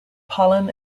pollen